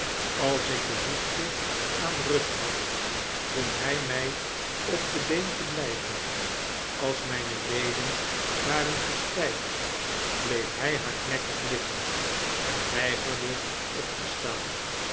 als ik behoefte aan rust had dwong hij mij op de been te blijven als mijne leden waren verstijfd bleef hy hardnekkig liggen en weigerde op te staan